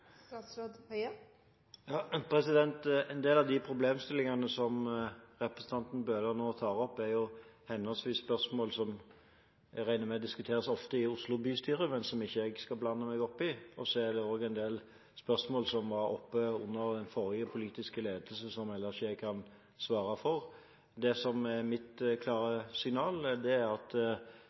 En del av de problemstillingene som representanten Bøhler nå tar opp, er henholdsvis spørsmål som jeg regner med diskuteres ofte i Oslo bystyre, og som jeg ikke skal blande meg opp i, og en del spørsmål som var oppe under den forrige politiske ledelsen, som jeg heller ikke kan svare for. Mitt klare signal er at vi nylig har åpnet et av landets flotteste og største akuttmottak på Ullevål. Det er